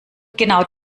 genau